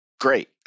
great